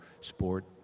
sport